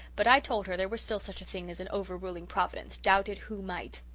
but i told her there was still such a thing as an over-ruling providence, doubt it who might.